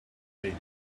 faced